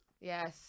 Yes